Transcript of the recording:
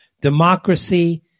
Democracy